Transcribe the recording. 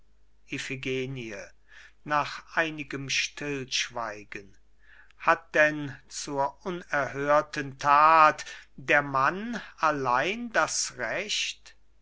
nach einigem stillschweigen hat denn zur unerhörten that der mann allein das recht